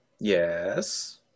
Yes